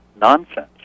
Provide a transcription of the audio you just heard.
nonsense